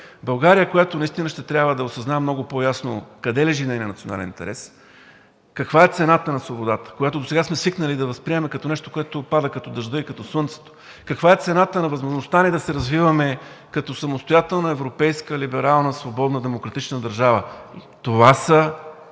България, която наистина ще трябва да осъзнае много по-ясно: къде лежи нейният национален интерес; каква е цената на свободата, която досега сме свикнали като нещо, което пада като дъжда и като слънцето; каква е цената на възможността ни да се развиваме като самостоятелна европейска, либерална, свободна, демократична държава. Това са